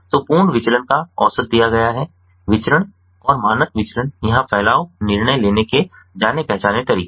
तो पूर्ण विचलन का औसत दिया गया है विचरण और मानक विचलन यहाँ फैलाव निर्णय लेने के जाने पहचाने तरीके हैं